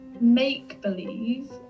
make-believe